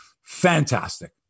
fantastic